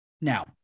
now